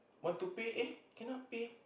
want to pay eh cannot pay